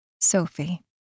Sophie